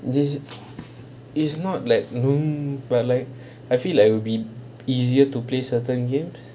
this is not like boom but like I feel it would be easier to play certain games